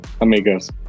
Amigos